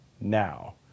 now